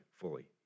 fully